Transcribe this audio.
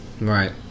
Right